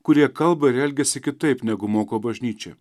kurie kalba ir elgiasi kitaip negu moko bažnyčia